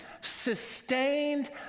sustained